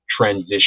transition